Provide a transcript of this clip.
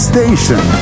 Station